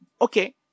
Okay